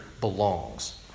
belongs